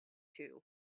too